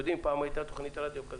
פעם הייתה תוכנית רדיו כזאת,